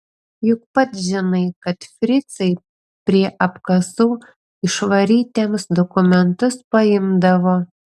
juk pats žinai kad fricai prie apkasų išvarytiems dokumentus paimdavo